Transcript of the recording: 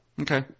Okay